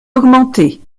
augmentée